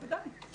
בוודאי.